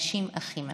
אנשים אחים אנחנו.